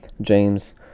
james